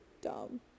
dumb